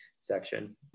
section